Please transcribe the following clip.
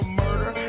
murder